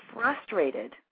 frustrated